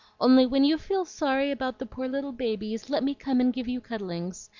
only when you feel sorry about the poor little babies, let me come and give you cuddlings.